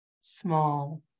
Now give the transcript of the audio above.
small